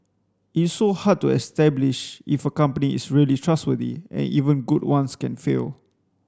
it's so hard to establish if a company is really trustworthy and even good ones can fail